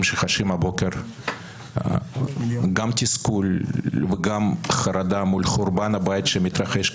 שחשים הבוקר גם תסכול וגם חרדה מול חורבן הבית שמתרחש כאן.